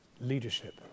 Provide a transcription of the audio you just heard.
leadership